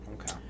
Okay